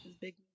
big